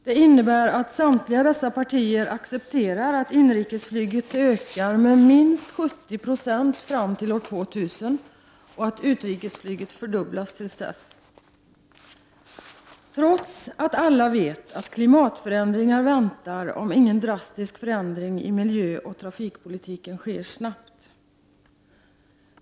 Det innebär att samtliga dessa partier accepterar att inrikesflyget ökar med minst 70 96 fram till år 2000 och att utrikesflyget fördubblas fram till dess, trots att alla vet att klimatförändringar väntar om ingen drastisk förändring i miljöoch trafikpolitiken sker snabbt.